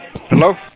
Hello